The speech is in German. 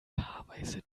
paarweise